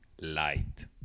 light